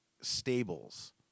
stables